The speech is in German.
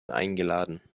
eingeladen